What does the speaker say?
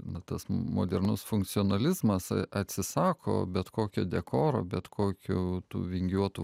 na tas modernus funkcionalizmas atsisako bet kokio dekoro bet kokių tų vingiuotų